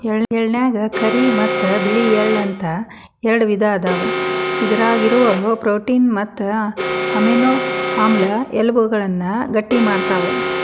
ಎಳ್ಳನ್ಯಾಗ ಕರಿ ಮತ್ತ್ ಬಿಳಿ ಎಳ್ಳ ಅಂತ ಎರಡು ವಿಧ ಅದಾವ, ಇದ್ರಾಗಿರೋ ಪ್ರೋಟೇನ್ ಮತ್ತು ಅಮೈನೋ ಆಮ್ಲ ಎಲಬುಗಳನ್ನ ಗಟ್ಟಿಮಾಡ್ತಾವ